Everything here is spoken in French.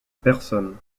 personne